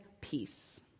peace